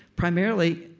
primarily,